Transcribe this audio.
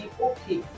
okay